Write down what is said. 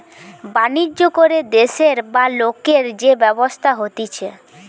বাণিজ্য করে দেশের বা লোকের যে ব্যবসা হতিছে